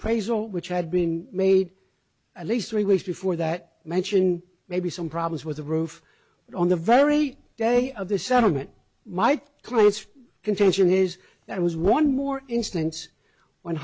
praise all which had been made at least three weeks before that mention maybe some problems with the roof on the very day of the settlement my clients contention is that was one more in